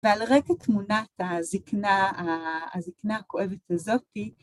ועל רקע תמונת הזיקנה, הזיקנה הכואבת הזאתי